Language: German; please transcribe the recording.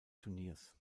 turniers